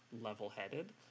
level-headed